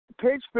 Page